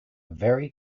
very